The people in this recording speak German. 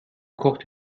kocht